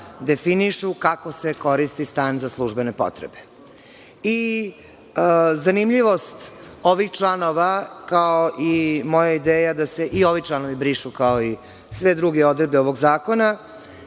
definišu kako se koristi stan za službene potrebe. Zanimljivost ovih članova, kao i moja ideja da se i ovi članovi brišu, kao i sve druge odredbe ovog zakona,